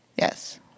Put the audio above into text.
Yes